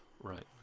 Right